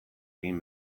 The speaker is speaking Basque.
egin